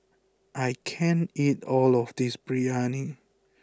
I can't eat all of this Biryani